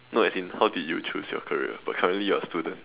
no as in how did you choose your career but currently you are a student